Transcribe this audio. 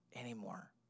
anymore